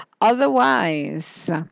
Otherwise